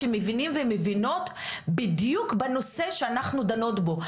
שמבינים ומבינות בדיוק בנושא שאנחנו דנות בו.